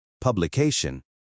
publication